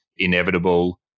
Inevitable